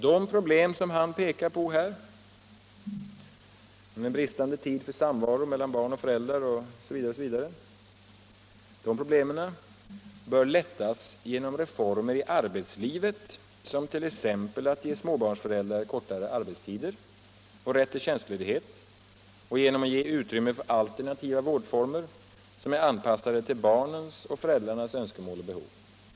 De problem han pekar på — bristande tid för samvaro mellan barn och föräldrar, osv. — bör lättas genom reformer i arbetslivet, t.ex. att bereda småbarnsföräldrar kortare arbetstider och rätt till tjänstledighet, och genom att ge utrymme för alternativa vårdformer som är anpassade till barnens och föräldrarnas önskemål.